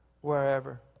wherever